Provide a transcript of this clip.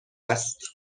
است